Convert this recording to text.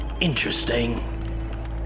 Interesting